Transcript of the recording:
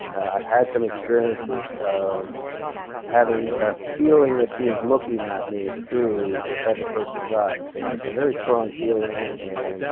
i have had some experiences of having a feeling that she is looking at me through this other person eyes and that is a very strong feeling. and